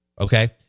Okay